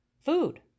food